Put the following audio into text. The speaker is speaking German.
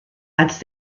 als